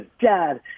Dad